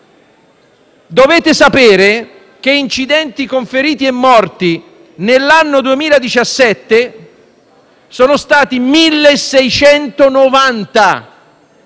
Dovete sapere che gli incidenti stradali con feriti e morti nell'anno 2017 sono stati 1690,